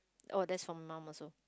oh that's for mum also